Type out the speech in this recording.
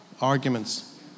arguments